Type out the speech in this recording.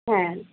হ্যাঁ